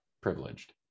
privileged